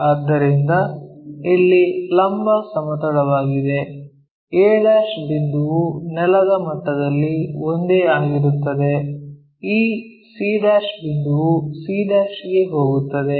ಆದ್ದರಿಂದ ಇದು ಇಲ್ಲಿ ಲಂಬ ಸಮತಲವಾಗಿದೆ a ಬಿಂದುವು ನೆಲದ ಮಟ್ಟದಲ್ಲಿ ಒಂದೇ ಆಗಿರುತ್ತದೆ ಈ c' ಬಿಂದುವು c' ಗೆ ಹೋಗುತ್ತದೆ